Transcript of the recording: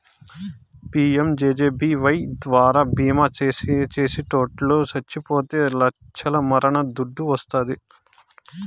PMJJBY ద్వారా బీమా చేసిటోట్లు సచ్చిపోతే లచ్చల మరణ దుడ్డు వస్తాది